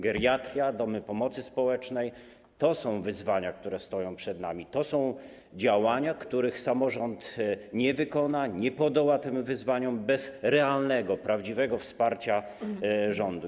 Geriatria, domy pomocy społecznej - to są wyzwania, które stoją przed nami, to są działania, których samorząd nie wykona, nie podoła tym wyzwaniom bez realnego, prawdziwego wsparcia rządu.